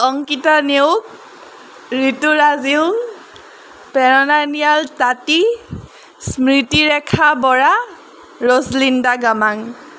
অংকিতা নেওগ ঋতু ৰাজ ইউল প্ৰেৰণানিয়াল তাঁতী স্মৃতি ৰেখা বৰা ৰজলিণ্ডা গামাং